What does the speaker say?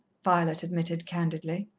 violet admitted candidly.